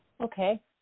okay